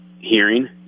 hearing